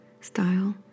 style